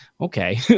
okay